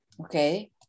okay